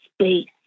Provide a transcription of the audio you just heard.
space